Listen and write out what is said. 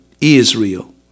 Israel